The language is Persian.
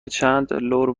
چندلر